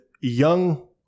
young